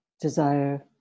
desire